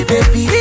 Baby